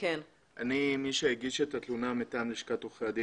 אני הגשתי את התלונה מלשכת עורכי דין